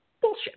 Bullshit